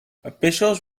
officials